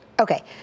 Okay